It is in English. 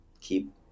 keep